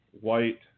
White